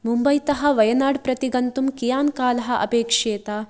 मुम्बैतः वयनाड् प्रति गन्तुं कियान् कालः अपेक्ष्येत